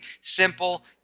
simple